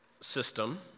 system